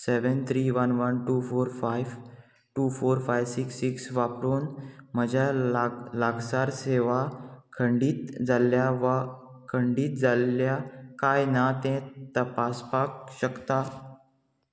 seven three one one two four five two four five six six वापरून म्हज्या लाग लागसार सेवा खंडीत जाल्ल्या वा खंडीत जाल्ल्या काय ना तें तपासपाक शकता